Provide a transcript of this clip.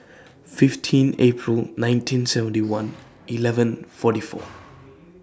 fifteen April nineteen seventy one eleven forty four